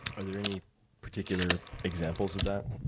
are there any particular examples of that,